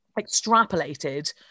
extrapolated